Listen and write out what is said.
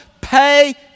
Pay